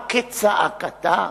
הכצעקתה,